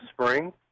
spring